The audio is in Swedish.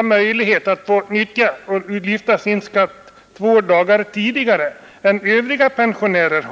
ha möjlighet att lyfta sin pension två dagar tidigare än övriga pensionärer.